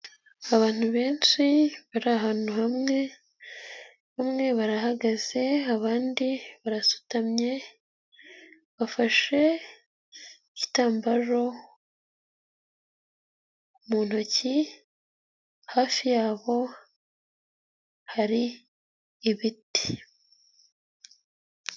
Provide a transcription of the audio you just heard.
Abantu benshi bari ahantu hamwe, bamwe barahagaze, abandi barasutamye, bafashe igitambaro, mu ntoki hafi yabo, hari ibiti.